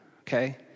Okay